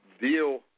Deal